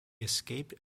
escaped